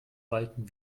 walten